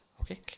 Okay